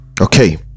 Okay